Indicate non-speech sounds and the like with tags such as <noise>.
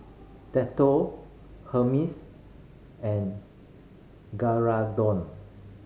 Dettol Hermes and <unintelligible>